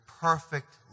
perfect